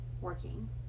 working